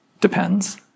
Depends